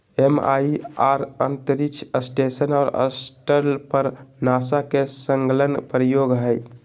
MIR अंतरिक्ष station और shuttle पर नासा के संलग्न प्रयोग हइ